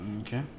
okay